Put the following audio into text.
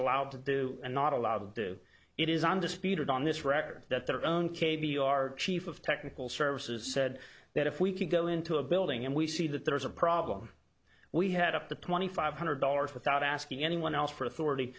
allowed to do and not allowed do it is undisputed on this record that their own k b r chief of technical services said that if we can go into a building and we see that there is a problem we had up to twenty five hundred dollars without asking anyone else for authority